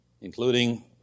including